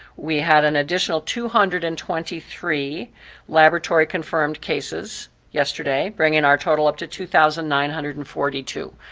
we had an additional two hundred and twenty three laboratory confirmed cases yesterday, bringing our total up to two thousand nine hundred and forty two.